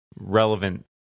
relevant